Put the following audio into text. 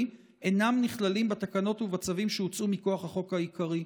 אינם נכללים בתקנות ובצווים שהוצאו מכוח החוק העיקרי.